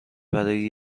برای